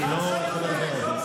תנו לי לדבר.